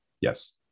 Yes